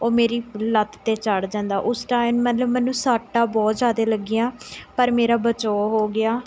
ਉਹ ਮੇਰੀ ਲੱਤ 'ਤੇ ਚੜ ਜਾਂਦਾ ਉਸ ਟਾਈਮ ਮਤਲਬ ਮੈਨੂੰ ਸੱਟਾਂ ਬਹੁਤ ਜ਼ਿਆਦੇ ਲੱਗੀਆਂ ਪਰ ਮੇਰਾ ਬਚਾਓ ਹੋ ਗਿਆ